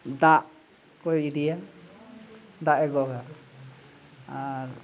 ᱫᱟᱜ ᱠᱚᱭ ᱤᱫᱤᱭᱟ ᱫᱟᱜᱼᱮ ᱜᱚᱜᱟ ᱟᱨ